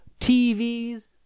TVs